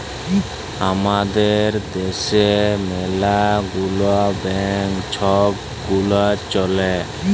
আমাদের দ্যাশে ম্যালা গুলা ব্যাংক ছব গুলা চ্যলে